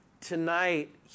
tonight